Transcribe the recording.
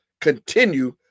continue